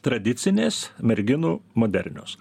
tradicinės merginų modernios